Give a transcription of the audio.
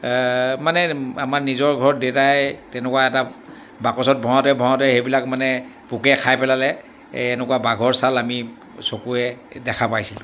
মানে আমাৰ নিজৰ ঘৰত দেউতাই তেনেকুৱা এটা বাকচত ভৰাওঁতে ভৰাওঁতে সেইবিলাক মানে পোকে খাই পেলালে এনেকুৱা বাঘৰ চাল আমি চকুৰে দেখা পাইছিলোঁ